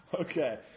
Okay